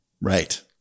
Right